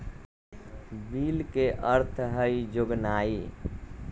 bill के अर्थ हइ जोगनाइ